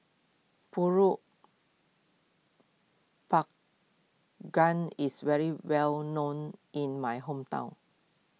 Pulut Panggang is very well known in my hometown